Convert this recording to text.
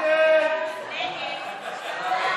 ההסתייגות (12) לפני סעיף 2 של קבוצת סיעת